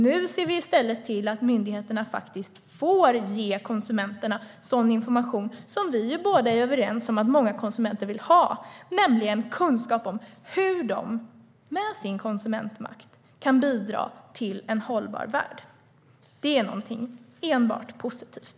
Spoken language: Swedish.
Nu ser vi i stället till att myndigheterna får ge konsumenterna sådan information som vi båda är överens om att många konsumenter vill ha, nämligen kunskap om hur de med sin konsumentmakt kan bidra till en hållbar värld. Det är någonting som enbart är positivt.